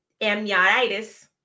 amniotitis